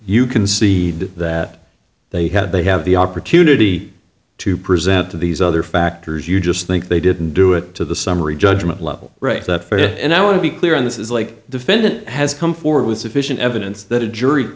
you can see that they had they have the opportunity to present to these other factors you just think they didn't do it to the summary judgment level right that first and i want to be clear on this is like defendant has come forward with sufficient evidence that a jury